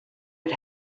had